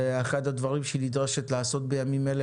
ואחד הדברים שהיא נדרשת לעשות בימים אלה